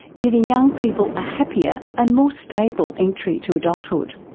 giving young people a happier and more stable entry to adulthood.